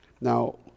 Now